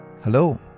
Hello